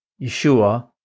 Yeshua